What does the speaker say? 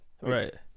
Right